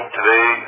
today